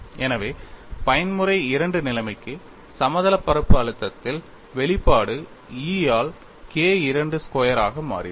எனவே பயன்முறை II நிலைமைக்கு சமதளப் பரப்பு அழுத்தத்தில் வெளிப்பாடு E ஆல் K II ஸ்கொயர் ஆக மாறிவிடும்